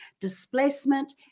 displacement